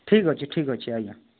ଠିକ୍ ଅଛି ଠିକ୍ ଅଛି ଆଜ୍ଞା